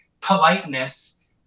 politeness